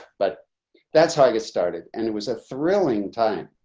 but that's how i get started and it was a thrilling time.